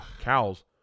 cows